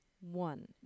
One